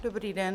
Dobrý den.